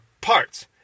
parts